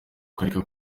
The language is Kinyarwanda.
ukareka